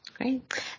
Great